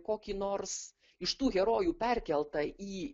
kokį nors iš tų herojų perkeltą į